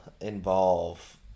involve